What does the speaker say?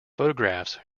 photographs